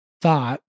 thought